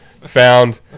found